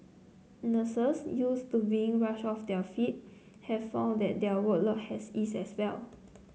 nurses used to being rushed off their feet have found that their workload has eased as well